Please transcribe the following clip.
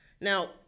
Now